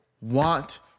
want